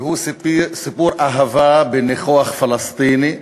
שהוא סיפור אהבה בניחוח פלסטיני,